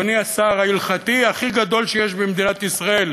אדוני השר, ההלכתי הכי גדול שיש במדינת ישראל.